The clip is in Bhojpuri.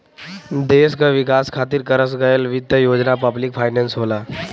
देश क विकास खातिर करस गयल वित्त योजना पब्लिक फाइनेंस होला